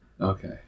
Okay